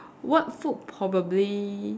what food probably